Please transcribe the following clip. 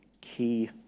key